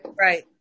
right